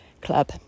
club